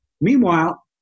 Meanwhile